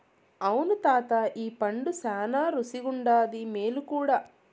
అవును తాతా ఈ పండు శానా రుసిగుండాది, మేలు కూడా